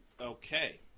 Okay